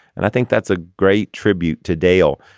and i think that's a great tribute to dale.